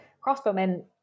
crossbowmen